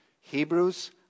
Hebrews